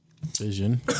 Vision